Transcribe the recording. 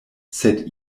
sed